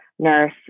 nurse